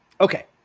okay